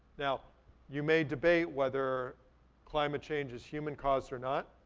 now you may debate whether climate change is human caused or not,